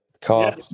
car